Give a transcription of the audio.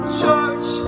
church